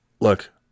look